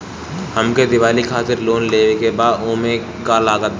हमके दिवाली खातिर लोन लेवे के बा ओमे का का लागत बा?